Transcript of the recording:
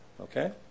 okay